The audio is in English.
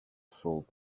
solve